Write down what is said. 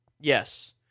Yes